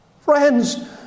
Friends